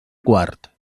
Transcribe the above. quart